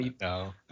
no